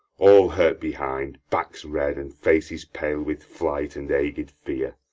all hurt behind backs red, and faces pale with flight and agued fear!